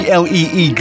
Glee